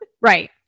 Right